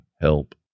help